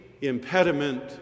impediment